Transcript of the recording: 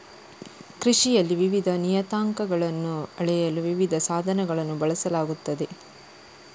ಕೃಷಿಯಲ್ಲಿ ವಿವಿಧ ನಿಯತಾಂಕಗಳನ್ನು ಅಳೆಯಲು ವಿವಿಧ ಸಾಧನಗಳನ್ನು ಬಳಸಲಾಗುತ್ತದೆ